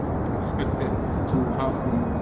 expected to have